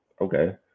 Okay